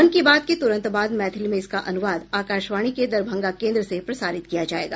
मन की बात के तुरंत बाद मैथिली में इसका अनुवाद आकाशवाणी के दरभंगा केन्द्र से प्रसारित किया जायेगा